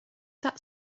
that